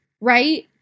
right